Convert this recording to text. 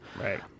Right